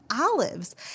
olives